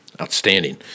Outstanding